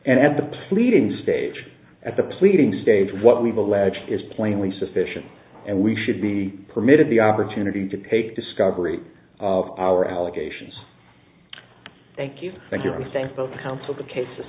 and the pleadings stage at the pleading stage what we've alleged is plainly sufficient and we should be permitted the opportunity to take discovery of our allegations thank you thank you thank both council the cases